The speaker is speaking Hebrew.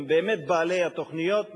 הם באמת בעלי התוכניות,